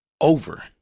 Over